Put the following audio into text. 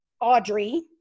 audrey